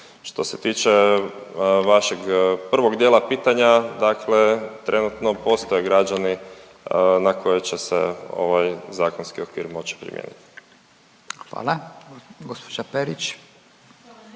Što se tiče vašeg prvog dijela pitanja, dakle trenutno postoje građani na koje će se ovaj zakonski okvir moći primijeniti. **Radin, Furio